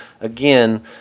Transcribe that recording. again